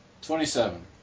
Twenty-seven